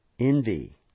Envy